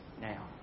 now